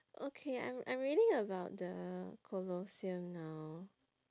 okay I'm I'm reading about the colosseum now